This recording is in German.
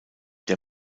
der